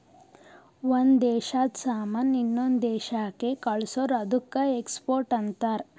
ಒಂದ್ ದೇಶಾದು ಸಾಮಾನ್ ಇನ್ನೊಂದು ದೇಶಾಕ್ಕ ಕಳ್ಸುರ್ ಅದ್ದುಕ ಎಕ್ಸ್ಪೋರ್ಟ್ ಅಂತಾರ್